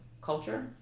culture